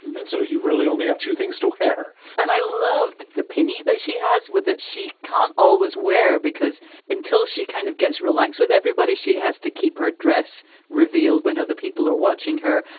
and so you really only have two things to care and i loved the penny that she has with that she can't always wear because until she kind of gets relaxed with everybody, she has to keep her dress revealed when other people are watching her.